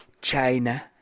China